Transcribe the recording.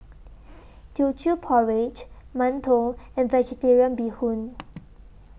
Teochew Porridge mantou and Vegetarian Bee Hoon